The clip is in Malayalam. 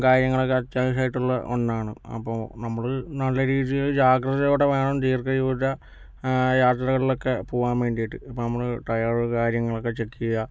കാര്യങ്ങളൊക്കെ അത്യാവശ്യായിട്ടുള്ള ഒന്നാണ് അപ്പോൾ നമ്മള് നല്ല രീതില് ജാഗ്രതയോടെ വേണം ദീര്ഘ ദൂര യാത്രകളിലൊക്കെ പോകാൻ വേണ്ടിട്ട് ഇപ്പം നമ്മള് ടയറ് കാര്യങ്ങളൊക്കെ ചെക്കെയുക